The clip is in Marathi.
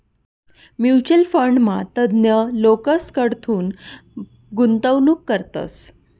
म्युच्युअल फंडमा तज्ञ लोकेसकडथून गुंतवणूक करतस